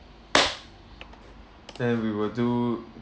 and we will do